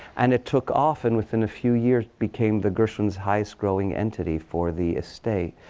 and it took off and, within a few years, became the gershwins' highest growing entity for the estate.